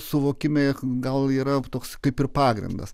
suvokime gal yra toks kaip ir pagrindas